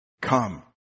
come